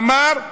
אמר: